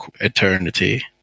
Eternity